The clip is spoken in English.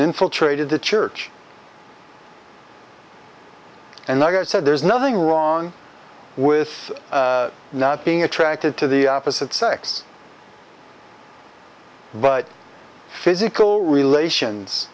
infiltrated the church and i said there's nothing wrong with not being attracted to the opposite sex but physical relations